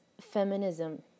feminism